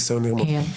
ניסיון לרמוס,